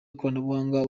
ikoranabuhanga